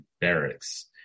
barracks